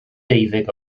deuddeg